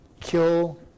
kill